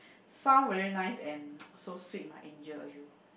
sound very nice and so sweet mah Angel !aiyo!